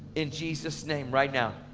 in jesus name, right now.